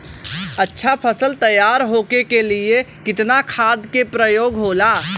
अच्छा फसल तैयार होके के लिए कितना खाद के प्रयोग होला?